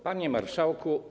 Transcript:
Panie Marszałku!